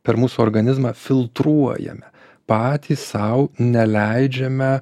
per mūsų organizmą filtruojame patys sau neleidžiame